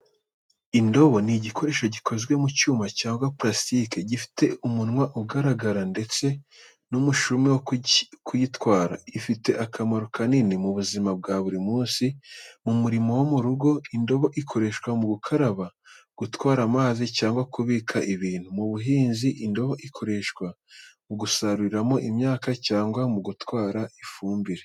Indobo ni igikoresho gikoze mu cyuma cyangwa purasitike, gifite umunwa ugaragara ndetse n’umushumi wo kuyitwara. Ifite akamaro kanini mu buzima bwa buri munsi. Mu mirimo yo mu rugo, indobo ikoreshwa mu gukaraba, gutwara amazi, cyangwa kubika ibintu. Mu buhinzi, indobo ikoreshwa mu gusaruriramo imyaka cyangwa mu gutwara ifumbire.